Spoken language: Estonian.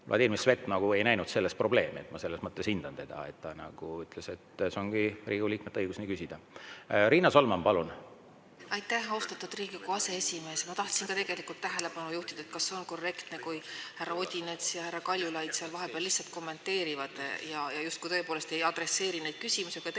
ja Vladimir Svet ei näinud selles probleemi. Ma selles mõttes hindan teda, et ta ütles, et see ongi Riigikogu liikmete õigus nii küsida. Riina Solman, palun! Aitäh, austatud Riigikogu aseesimees! Ma tahtsin ka tegelikult tähelepanu juhtida sellele: kas see on korrektne, kui härra Odinets ja härra Kaljulaid seal vahepeal lihtsalt kommenteerivad ja justkui tõepoolest ei adresseeri neid küsimusi? Aga teie